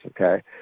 Okay